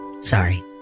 Sorry